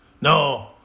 No